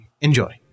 enjoy